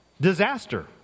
disaster